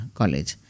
college